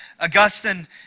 Augustine